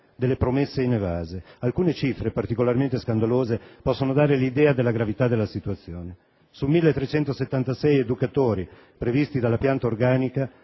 delle promesse inevase. Alcune cifre, particolarmente scandalose, possono dare l'idea della gravita della situazione: su 1.376 educatori previsti dalla pianta organica,